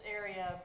area